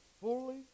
fully